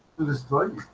to destroy you